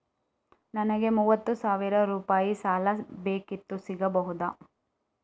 ನನಗೆ ಮೂವತ್ತು ಸಾವಿರ ರೂಪಾಯಿ ಸಾಲ ಬೇಕಿತ್ತು ಸಿಗಬಹುದಾ?